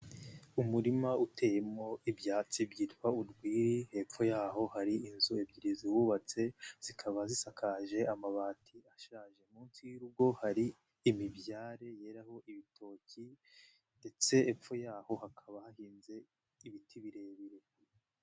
Umurima uteye mo ibyatsi byitwa urwiri, hepfo yaho hari inzu ebyiri, zubatse zikaba zisakaje amabati ashaje, munsi y'urugo hari imibyare yeraraho ibitoki ndetse hepfo yaho hakaba hagenze ibiti birebire.